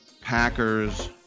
Packers